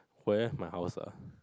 where my house ah